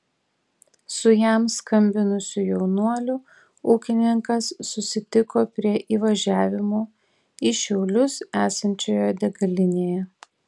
su jam skambinusiu jaunuoliu ūkininkas susitiko prie įvažiavimo į šiaulius esančioje degalinėje